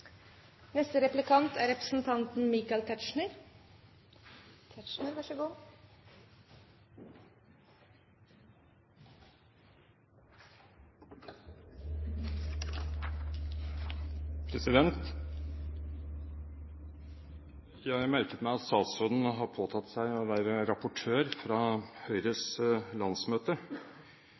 Jeg merket meg at statsråden har påtatt seg å være rapportør fra Høyres landsmøte,